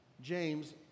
James